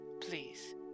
Please